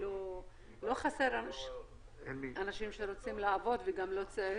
לא חסר אנשים שרוצים לעבוד וגם לא צעירים,